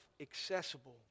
accessible